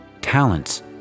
talents